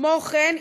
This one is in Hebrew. כמו כן,